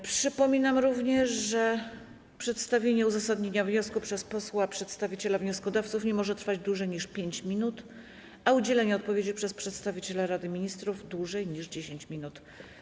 Przypominam również, że przedstawienie uzasadnienia wniosku przez posła przedstawiciela wnioskodawców nie może trwać dłużej niż 5 minut, zaś udzielenie odpowiedzi przez przedstawiciela Rady Ministrów - dłużej niż 10 minut.